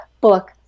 book